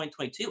2022